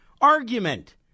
argument